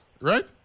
right